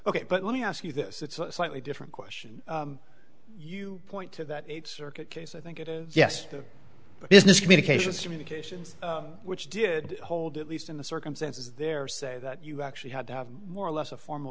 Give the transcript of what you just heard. ok but let me ask you this it's a slightly different question you point to that circuit case i think it is yes the business communications communications which did hold at least in the circumstances there say that you actually had to have more or less a formal